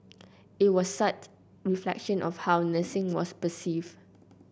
it was a sad reflection of how nursing was perceived